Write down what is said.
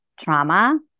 trauma